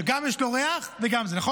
שגם יש לו ריח, נכון?